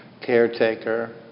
caretaker